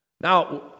Now